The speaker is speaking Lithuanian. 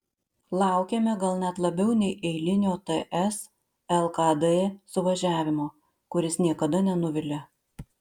laukėme gal net labiau nei eilinio ts lkd suvažiavimo kuris niekada nenuvilia